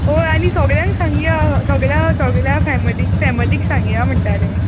वोय आनी सोगल्यांक सांगया सगल्या सगल्या फेमिलीक फेमिलीक सांगया म्हणटाले